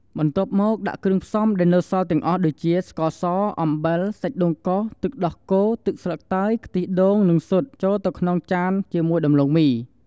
បន្ទាប់មក ដាក់គ្រឿងផ្សំដែលនៅសល់ទាំងអស់ដូចជា ស្ករស អំបិល សាច់ដូងកោស ទឹកដោះគោ ទឹកស្លឹកតើយ ខ្ទិះដូង និងស៊ុត ចូលទៅក្នុងចានជាមួយដំឡូងមី។